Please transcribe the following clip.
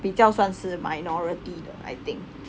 比较算是 minority 的 I think